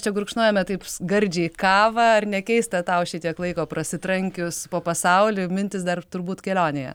čia gurkšnojome taip gardžiai kavą ar ne keista tau šitiek laiko prasitrankius po pasaulį mintis dar turbūt kelionėje